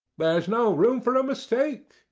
but there's no room for a mistake,